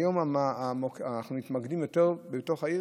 היום אנחנו מתמקדים יותר בתוך העיר,